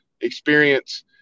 experience